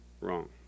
wrong